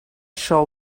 shall